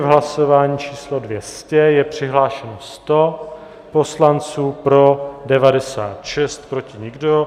V hlasování číslo 200 je přihlášeno 100 poslanců, pro 96, proti nikdo.